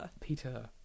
Peter